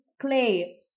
Clay